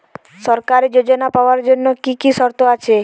সরকারী যোজনা পাওয়ার জন্য কি কি শর্ত আছে?